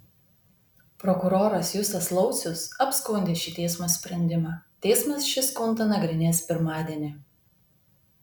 prokuroras justas laucius apskundė šį teismo sprendimą teismas šį skundą nagrinės pirmadienį